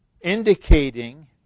Indicating